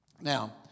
Now